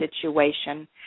situation